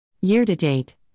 Year-to-date